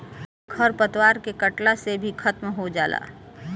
खर पतवार के कटला से भी खत्म हो जाला